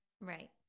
Right